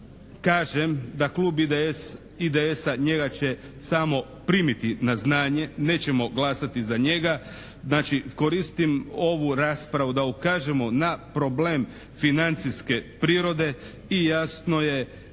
kažem da klub IDS-a njega će samo primiti na znanje, nećemo glasati za njega. Znači koristim ovu raspravu da ukažemo na problem financijske prirode i jasno je